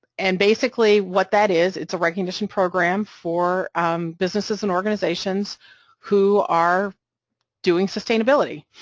and, basically, what that is, it's a recognition program for businesses and organizations who are doing sustainability,